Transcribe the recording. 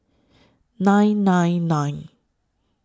nine nine nine